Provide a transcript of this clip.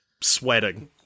sweating